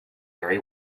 very